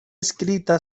escrita